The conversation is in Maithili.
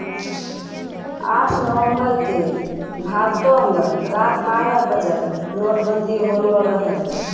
आठ नवम्बर के भारतो मे रात बारह बजे नोटबंदी होलो रहै